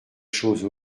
choses